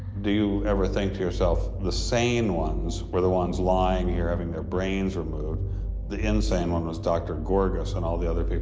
do you ever think to yourself the sane ones were the ones lying here having their brains removed the insane one was dr. gorgass and all the other people?